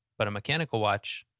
but a mechanical watch